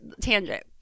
tangent